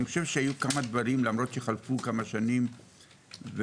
למרות שחלפו כמה שנים,